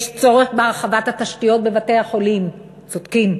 יש צורך בהרחבת התשתיות בבתי-החולים, צודקים.